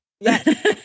Yes